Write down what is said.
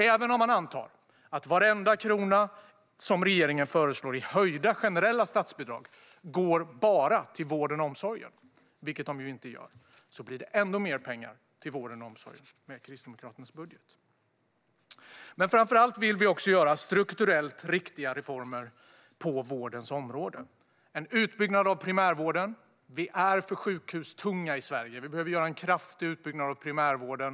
Även om man antar att varenda krona som regeringen föreslår i höjda generella statsbidrag går till bara vården och omsorgen, vilket de inte gör, blir det ändå mer pengar till vården och omsorgen med Kristdemokraternas budget. Vi vill framför allt göra strukturellt riktiga reformer på vårdens område. Det gäller en utbyggnad av primärvården. Vi är för sjukhustunga i Sverige. Vi behöver en kraftig utbyggnad av primärvården.